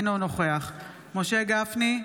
אינו נוכח משה גפני,